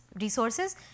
resources